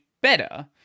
better